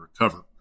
recover